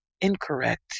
incorrect